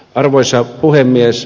arvoisa puhemies